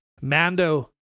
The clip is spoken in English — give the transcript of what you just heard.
Mando